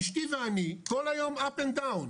אשתי ואני כל היום אפ אנד דאון,